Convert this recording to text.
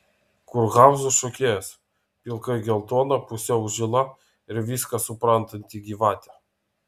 kurhauzų šokėjas pilkai geltona pusiau žila ir viską suprantanti gyvatė